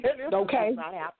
Okay